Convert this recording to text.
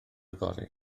fory